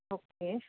okay